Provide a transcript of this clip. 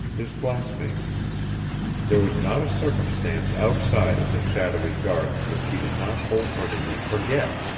his classmates there was not a circumstance outside of the shadowy garden which he did not whole-heartedly forget.